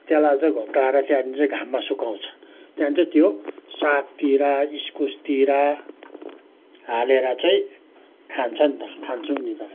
त्यसलाई चाहिँ घोप्टाएर चाहिँ हामी चाहिँ घाममा सुकाउँछ त्यहाँदेखि चाहिँ त्यो सागतिर इस्कुसतिर हालेर चाहिँ खान्छ नि त खान्छौँ नि त हामीले